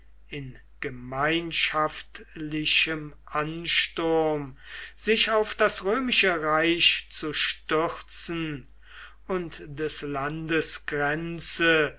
in gemeinschaftlichem ansturm sich auf das römische reich zu stürzen und des